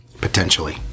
Potentially